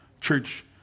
Church